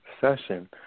session